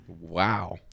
Wow